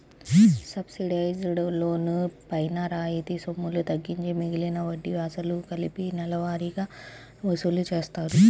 subsidised loan పైన రాయితీ సొమ్ములు తగ్గించి మిగిలిన వడ్డీ, అసలు కలిపి నెలవారీగా వసూలు చేస్తారు